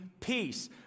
peace